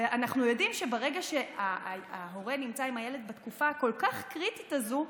ואנחנו יודעים שברגע שההורה נמצא עם הילד בתקופה הכל-כך קריטית הזו,